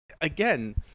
again